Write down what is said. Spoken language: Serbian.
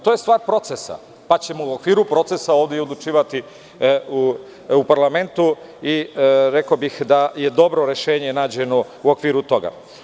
To je stvar procesa, pa ćemo u okviru procesa ovde odlučivati u parlamentu i rekao bih da je dobro rešenje nađeno u okviru toga.